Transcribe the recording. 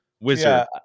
wizard